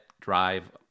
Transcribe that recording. drive